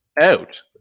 out